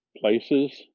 places